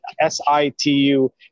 s-i-t-u